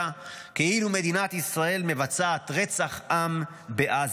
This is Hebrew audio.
כאילו מדינת ישראל מבצעת רצח עם בעזה.